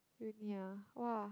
uni ah !wah!